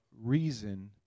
reason